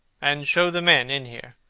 and show the men in here.